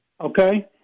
Okay